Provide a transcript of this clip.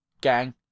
gang